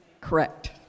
Correct